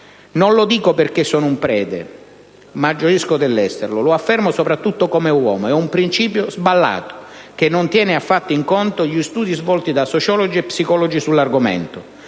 Non lo dico perché sono un prete (ma gioisco dell'esserlo), lo affermo soprattutto come uomo: è un principio sballato, che non tiene affatto in conto gli studi svolti da sociologi e psicologi sull'argomento.